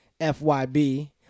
fyb